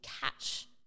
catch